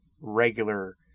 regular